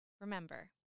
Remember